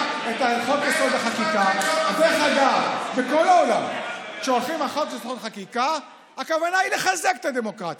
בית המשפט העליון עושה את זה לבד.